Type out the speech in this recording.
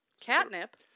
Catnip